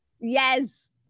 yes